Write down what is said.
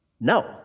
No